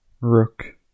Rook